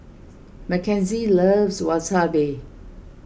Mackenzie loves Wasabi